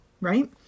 Right